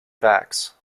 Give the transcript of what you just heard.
backs